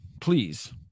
please